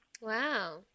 Wow